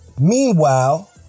Meanwhile